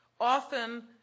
often